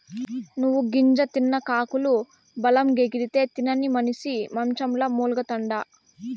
నువ్వు గింజ తిన్న కాకులు బలంగెగిరితే, తినని మనిసి మంచంల మూల్గతండా